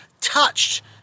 touched